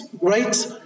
right